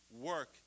work